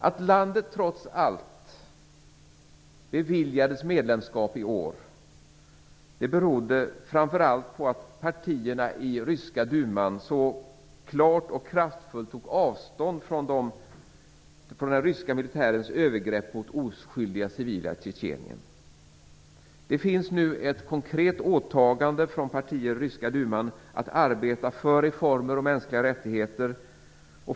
Att landet trots allt beviljades medlemskap i år berodde framför allt på att partierna i den ryska duman så klart och kraftfullt tog avstånd från den ryska militärens övergrepp mot oskyldiga civila i Tjetjenien. Det finns nu ett konkret åtagande från partier i den ryska duman att arbeta för reformer och mänskliga rättigheter.